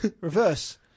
reverse